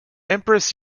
empress